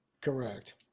Correct